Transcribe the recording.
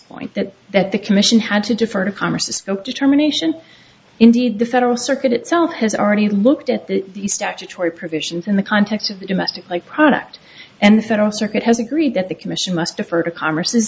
point that that the commission had to defer to congress spoke determination indeed the federal circuit itself has already looked at the statutory provisions in the context of the domestic like product and the federal circuit has agreed that the commission must defer to congress